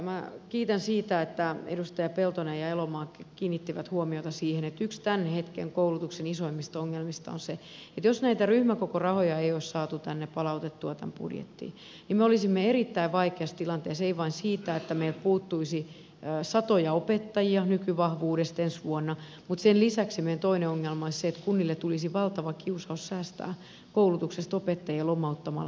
minä kiitän siitä että edustajat peltonen ja elomaa kiinnittivät huomiota siihen että yksi tämän hetken koulutuksen isoimmista ongelmista on se että jos näitä ryhmäkokorahoja ei olisi saatu palautettua tähän budjettiin niin me olisimme erittäin vaikeassa tilanteessa ei vain siinä että meiltä puuttuisi satoja opettajia nykyvahvuudesta ensi vuonna vaan sen lisäksi meidän toinen ongelma olisi se että kunnille tulisi valtava kiusaus säästää koulutuksesta lomauttamalla opettajia siihen päälle